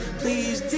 please